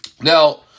Now